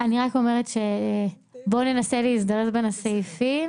אני רק אומרת בואו ננסה להזדרז עם הסעיפים.